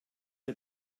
der